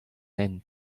hent